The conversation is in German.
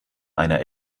einer